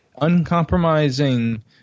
uncompromising